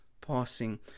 passing